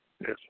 Yes